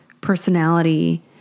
personality